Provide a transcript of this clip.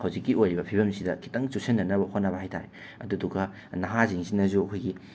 ꯍꯧꯖꯤꯛꯀꯤ ꯑꯣꯏꯔꯤꯕ ꯐꯤꯕꯝꯁꯤꯗ ꯈꯤꯇꯪ ꯆꯨꯁꯤꯟꯅꯅꯕ ꯍꯣꯠꯅꯕ ꯍꯥꯏꯕ ꯇꯥꯔꯦ ꯑꯗꯨꯗꯨꯒ ꯅꯍꯥꯁꯤꯡꯁꯤꯅꯁꯨ ꯑꯩꯈꯣꯏꯒꯤ